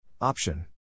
Option